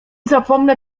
zapomnę